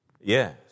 Yes